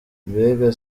mbega